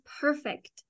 perfect